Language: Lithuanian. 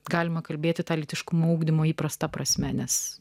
galima kalbėti ta lytiškumo ugdymo įprasta prasme nes